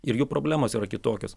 ir jų problemos yra kitokios